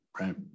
Right